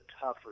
tougher